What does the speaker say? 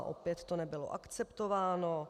Opět to nebylo akceptováno.